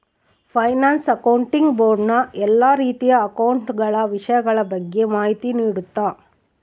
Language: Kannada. ಫೈನಾನ್ಸ್ ಆಕ್ಟೊಂಟಿಗ್ ಬೋರ್ಡ್ ನ ಎಲ್ಲಾ ರೀತಿಯ ಅಕೌಂಟ ಗಳ ವಿಷಯಗಳ ಬಗ್ಗೆ ಮಾಹಿತಿ ನೀಡುತ್ತ